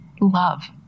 love